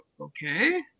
okay